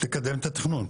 לקדם את התכנון.